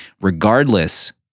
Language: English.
regardless